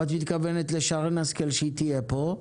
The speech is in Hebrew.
את מתכוונת לשרן השכל כשהיא תהיה פה.